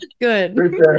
good